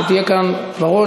אתה מדבר מהר.